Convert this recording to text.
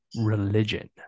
religion